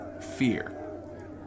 Fear